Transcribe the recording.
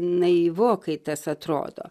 naivokai tas atrodo